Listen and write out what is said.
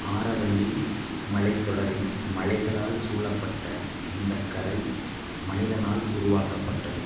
ஆரவல்லி மலைத்தொடரின் மலைகளால் சூழப்பட்ட இந்த கரை மனிதனால் உருவாக்கப்பட்டது